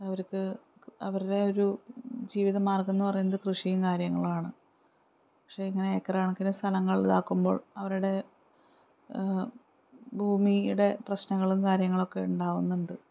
അവർക്ക് അവരുടെ ഒരു ജീവിത മാർഗ്ഗം എന്നു പറയുന്നത് കൃഷിയും കാര്യങ്ങളുമാണ് പക്ഷേ ഇങ്ങനെ ഏക്കറുകണക്കിന് സ്ഥലങ്ങൾ ഇതാക്കുമ്പോൾ അവരുടെ ഭൂമിയുടെ പ്രശ്നങ്ങളും കാര്യങ്ങളുമൊക്കെ ഉണ്ടാവുന്നുണ്ട്